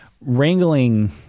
wrangling